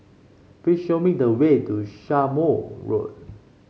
please show me the way to Road